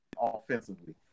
offensively